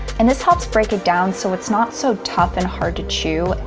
and this helps break it down, so it's not so tough and hard to chew,